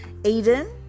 Aiden